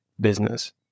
business